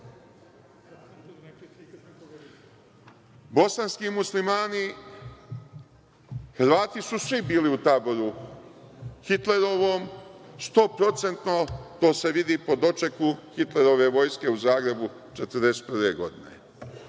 Bosanski Muslimani, Hrvati su svi bili u taboru Hitlerovom stoprocentno, to se vidi po dočeku Hitlerove vojske u Zagrebu 1941. godine.U